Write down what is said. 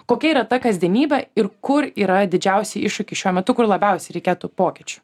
kokia yra ta kasdienybė ir kur yra didžiausi iššūkiai šiuo metu kur labiausiai reikėtų pokyčių